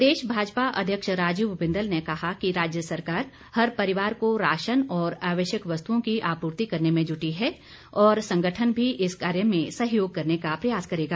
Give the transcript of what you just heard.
प्रदेश भाजपा अध्यक्ष राजीव बिंदल ने कहा कि राज्य सरकार हर परिवार को राशन और आवश्यक वस्तुओं की आपूर्ति करने में जुटी है और संगठन भी इस कार्य में सहयोग करने का प्रयास करेगा